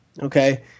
Okay